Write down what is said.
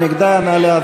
מי נגדה?